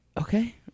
Okay